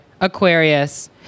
Aquarius